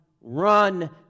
run